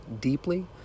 deeply